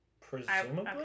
Presumably